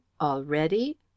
Already